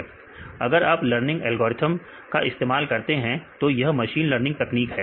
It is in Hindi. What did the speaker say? अगर आप लर्निंग एल्गोरिथ्म का इस्तेमाल करते हैं तो यह मशीन लर्निंग तकनीक है